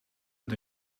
met